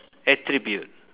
attribute